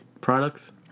products